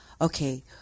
okay